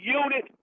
unit